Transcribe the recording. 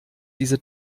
diese